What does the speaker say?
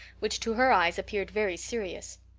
which to her eyes appeared very serious.